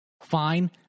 Fine